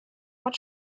ort